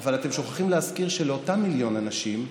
אבל אתם שוכחים להזכיר שלאותם מיליון אנשים,